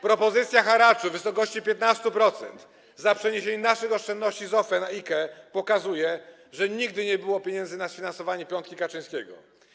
Propozycja haraczu w wysokości 15% za przeniesienie naszych oszczędności z OFE na IKE pokazuje, że nigdy nie było pieniędzy na sfinansowanie piątki Kaczyńskiego.